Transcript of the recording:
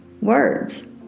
words